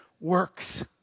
works